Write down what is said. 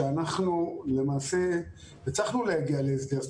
שאנחנו למעשה הצלחנו להגיע להסדר,